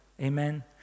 Amen